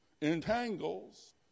entangles